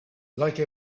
like